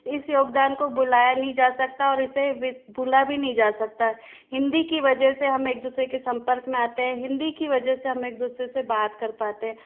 इस योगदान को भुलाया नहीं जा सकता और इसे विस भूला भी नहीं जा सकता हिंदी की वजह से हम एक दूसरे के संपर्क में आते हैं हिंदी की वजह से हम एक दूसरे से बात कर पाते हैं